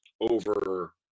over